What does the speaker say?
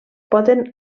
poden